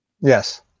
Yes